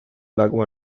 lago